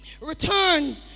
return